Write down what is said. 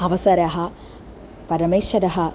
अवसरः परमेश्वरः